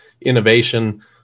innovation